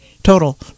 Total